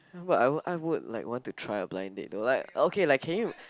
ya but I would I would like want to try a blind date but it'll be like okay like can you